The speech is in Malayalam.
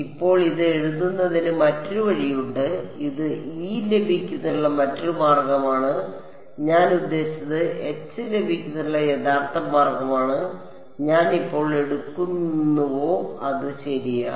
ഇപ്പോൾ ഇത് എഴുതുന്നതിന് മറ്റൊരു വഴിയുണ്ട് അത് ഇ ലഭിക്കുന്നതിനുള്ള മറ്റൊരു മാർഗമാണ് ഞാൻ ഉദ്ദേശിച്ചത് എച്ച് ലഭിക്കുന്നതിനുള്ള യഥാർത്ഥ മാർഗമാണ് ഞാൻ എപ്പോൾ എടുക്കുന്നുവോ അത് ശരിയാണ്